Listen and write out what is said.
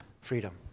freedom